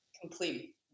complete